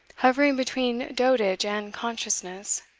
hovering between dotage and consciousness,